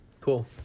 Cool